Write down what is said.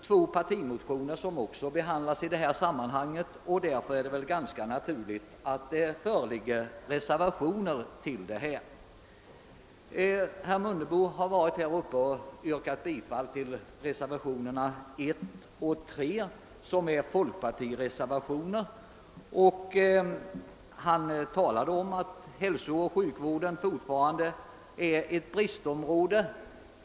Två partimotioner behandlas också i detta sammanhang, och därför är det väl ganska naturligt att det föreligger reservationer. Herr Mundebo har yrkat bifall till reservationerna 1 och 3, som är folkpartireservationer. Han talade om att hälsooch sjukvården fortfarande är ett bristområde.